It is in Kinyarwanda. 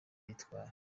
bitwaye